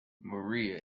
maria